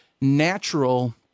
natural